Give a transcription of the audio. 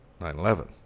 9/11